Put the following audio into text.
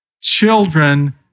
Children